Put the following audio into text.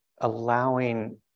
allowing